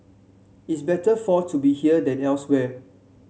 it's better for to be here than elsewhere